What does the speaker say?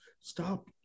stop